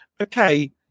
okay